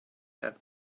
have